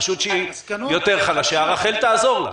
רשות שהיא יותר חלשה רח"ל תעזור לה.